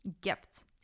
gifts